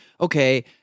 Okay